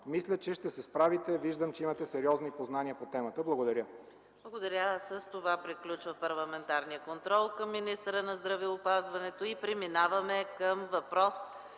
Мисля, че ще се справите. Виждам, че имате сериозни познания по темата. Благодаря. ПРЕДСЕДАТЕЛ ЕКАТЕРИНА МИХАЙЛОВА: Благодаря. С това приключва парламентарният контрол към министъра на здравеопазването и преминаваме към въпрос